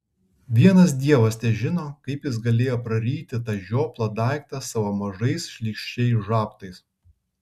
vienas dievas težino kaip jis galėjo praryti tą žioplą daiktą savo mažais šlykščiais žabtais